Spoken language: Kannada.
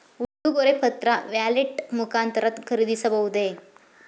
ಉಡುಗೊರೆ ಪತ್ರ ವ್ಯಾಲೆಟ್ ಮುಖಾಂತರ ಖರೀದಿಸಬಹುದೇ?